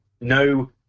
No